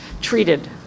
treated